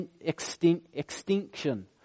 extinction